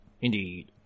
Indeed